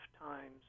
times